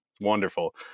wonderful